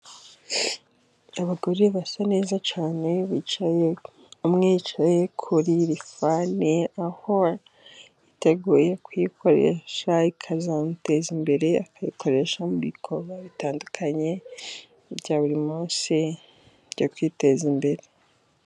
Abagore basa neza cyane, bicaye, umwe yicaye kuri rifani, aho yiteguye kuyikoresha ikazamuteza imbere, akayikoresha mu bikorwa bitandukanye bya buri munsi byo kwiteza imbere.